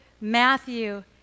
Matthew